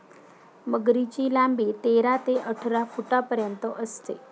मगरीची लांबी तेरा ते अठरा फुटांपर्यंत असते